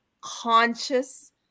conscious